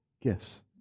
gifts